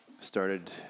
started